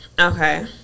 Okay